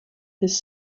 his